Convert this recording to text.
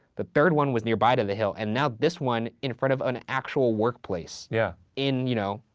the third one was nearby to the hill, and now this one, in front of an actual workplace. yeah. in, you know,